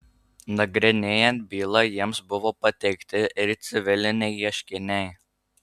nagrinėjant bylą jiems buvo pateikti ir civiliniai ieškiniai